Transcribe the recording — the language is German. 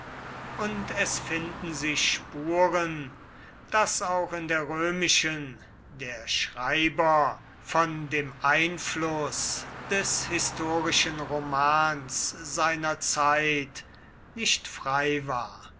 und es finden sich spuren daß auch in der römischen der schreiber von dem einfluß des historischen romans seiner zeit nicht frei war